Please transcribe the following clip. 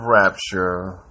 rapture